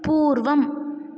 पूर्वम्